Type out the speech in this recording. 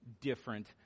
different